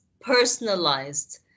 personalized